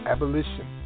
Abolition